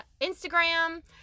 Instagram